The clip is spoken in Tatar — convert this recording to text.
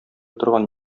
торган